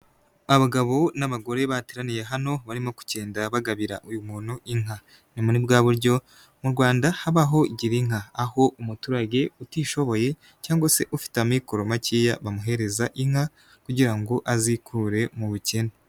Abagabo n'abagore bateraniye hano barimo kugenda bagabira uyu muntu inka, ni muri bwa buryo mu Rwanda habaho gira inka aho umuturage utishoboye cyangwa se ufite amikoro makeya bamuhereza inka kugira ngo azikure mu bukene.